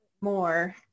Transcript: more